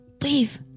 leave